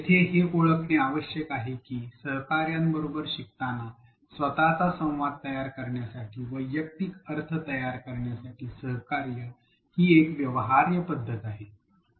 येथे हे ओळखणे आवश्यक आहे की सहकार्यांबरोबर शिकताना स्वत चा संवाद तयार करण्यासाठी वैयक्तिक अर्थ तयार करण्यासाठी सहकार्य ही एक व्यवहार्य पद्धत आहे